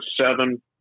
seven